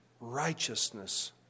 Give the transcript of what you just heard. Righteousness